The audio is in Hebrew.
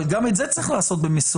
אבל גם את זה צריך לעשות במסורה,